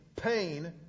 pain